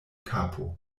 kapo